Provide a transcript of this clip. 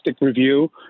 review